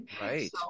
Right